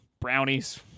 brownies